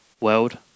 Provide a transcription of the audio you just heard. world